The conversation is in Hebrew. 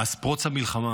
מאז פרוץ המלחמה,